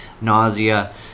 nausea